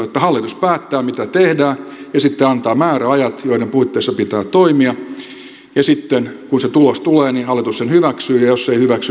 että hallitus päättää mitä tehdään ja sitten antaa määräajat joiden puitteissa pitää toimia ja sitten kun se tulos tulee niin hallitus sen hyväksyy ja jos ei hyväksy niin hyvää ei seuraa